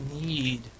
need